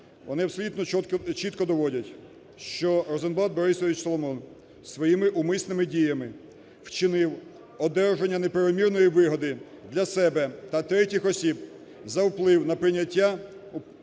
вони абсолютно чітко доводять, що Розенблат Борислав Соломонович своїми умисними діями вчинив одержання неправомірної вигоди для себе та третіх осіб за вплив на прийняття